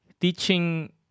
Teaching